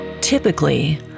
Typically